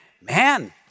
man